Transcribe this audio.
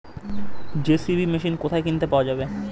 JCB machine কোথায় কিনতে পাওয়া যাবে?